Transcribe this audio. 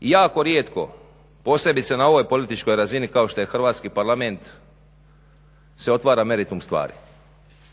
i jako rijetko, posebice na ovoj političkoj razini kao što je Hrvatski parlament se otvara meritum stvari.